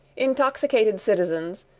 intoxicated citizens,